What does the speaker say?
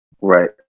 Right